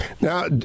Now